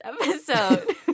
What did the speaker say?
episode